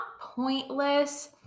pointless